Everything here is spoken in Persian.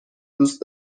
دوست